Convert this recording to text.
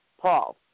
Paul